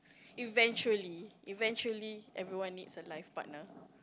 eventually eventually everyone needs a life partner